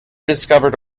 discovered